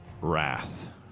Wrath